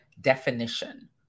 definition